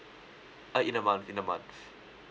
uh in a month in a month